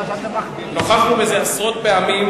נוכחנו בזה עשרות פעמים,